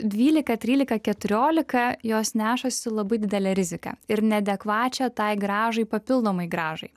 dvylika trylika keturiolika jos nešasi labai didelę riziką ir neadekvačią tai grąžai papildomai grąžai